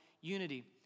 unity